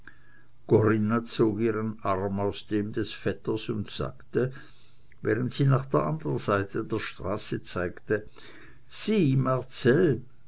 corinna zog ihren arm aus dem des vetters und sagte während sie nach der anderen seite der straße zeigte sieh marcell